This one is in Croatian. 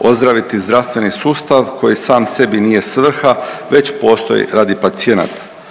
ozdraviti zdravstveni sustav koji sam sebi nije svrha već postoji radi pacijenata.